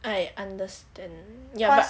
I understand cause